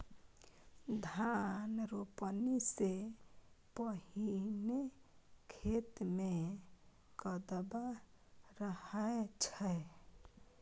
धान रोपणी सँ पहिने खेत मे कदबा रहै छै